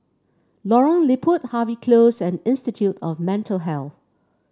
Lorong Liput Harvey Close and Institute of Mental Health